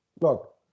look